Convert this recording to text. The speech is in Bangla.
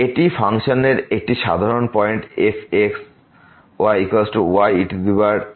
এটি ফাংশনের একটি সাধারণ point fx y ye x প্রথম নীতি থেকে